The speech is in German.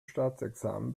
staatsexamen